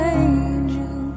angel